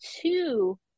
two